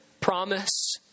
promise